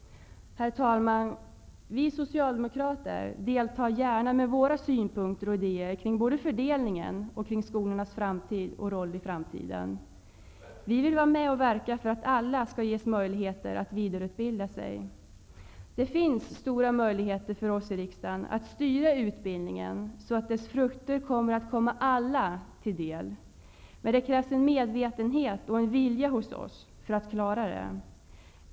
Herr talman! Vi socialdemokrater deltar gärna med våra synpunkter och idéer kring både fördelningen och skolornas roll i framtiden. Vi vill vara med och verka för att alla skall ges möjlighet att vidareutbilda sig. Det finns stora möjligheter för oss i riksdagen att styra utbildningen så att dess frukter kommer alla till del. Men det krävs en medvetenhet och en vilja hos oss för att klara det.